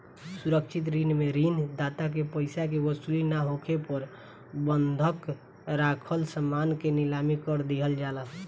सुरक्षित ऋण में ऋण दाता के पइसा के वसूली ना होखे पर बंधक राखल समान के नीलाम कर दिहल जाला